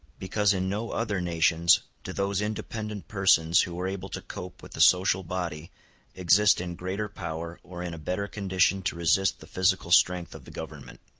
because in no other nations do those independent persons who are able to cope with the social body exist in greater power or in a better condition to resist the physical strength of the government.